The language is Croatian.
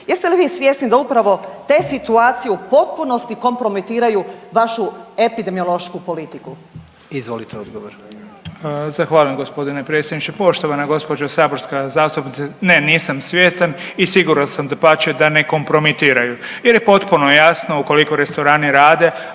Jeste li vi svjesni da upravo te situacije u potpunosti kompromitiraju vašu epidemiološku politiku? **Jandroković, Gordan (HDZ)** Izvolite odgovor. **Beroš, Vili (HDZ)** Zahvaljujem gospodine predsjedniče. Poštovana gospođo saborska zastupnice ne nisam svjestan i siguran sam dapače da ne kompromitiraju jer je potpuno jasno ukoliko restorani rade,